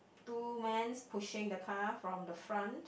two men pushing the car from the front